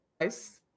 guys